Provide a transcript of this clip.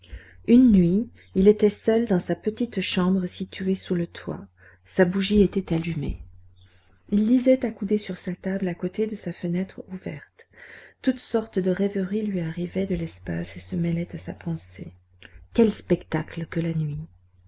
une nuit il était seul dans sa petite chambre située sous le toit sa bougie était allumée il lisait accoudé sur sa table à côté de sa fenêtre ouverte toutes sortes de rêveries lui arrivaient de l'espace et se mêlaient à sa pensée quel spectacle que la nuit